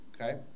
Okay